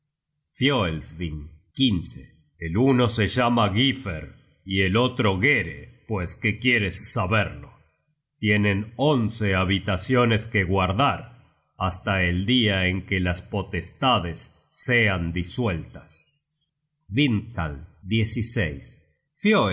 fioelsvng el uno se llama gifer y el otro gere pues que quieres saberlo tienen once habitaciones que guardar hasta el dia en que las potestades sean disueltas